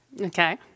Okay